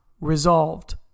resolved